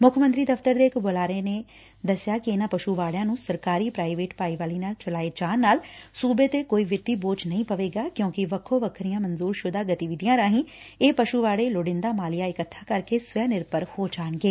ਮੁੱਖ ਮੰਤਰੀ ਦਫ਼ਤਰ ਦੇ ਇਕ ਬੁਲਾਰੇ ਅਨੁਸਾਰ ਇਨੁਾਂ ਪਸੂ ਵਾਡਿਆ ਨੂੰ ਸਰਕਾਰੀ ਪ੍ਾਈਵੇਟ ਭਾਈਵਾਲੀ ਨਾਲ ਚਲਾਏ ਜਾਣ ਨਾਲ ਸੁਬੇ ਤੇ ਕੋਈ ਵਿੱਤੀ ਬੋਝ ਨਹੀ ਪਵੇਗਾ ਕਿਉਕਿ ਵੱਖੇ ਵੱਖਰੀਆਂ ਮਨਜੁਰਸੁਦਾ ਗਤੀਵਿਧੀਆਂ ਰਾਹੀ ਇਹ ਪਸੁ ਵਾਤੇ ਲੋੜੀਦਾ ਮਾਲੀਆ ਇਕੱਠਾ ਕਰਕੇ ਸਵੈ ਨਿਰਭਰ ਹੋ ਜਾਣਗੇ